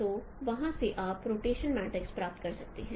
तो वहाँ से आप रोटेशन मैट्रिक्स प्राप्त कर सकते हैं